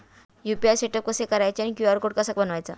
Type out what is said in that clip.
UPI setup कसे करायचे आणि क्यू.आर कोड कसा बनवायचा?